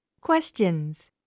Questions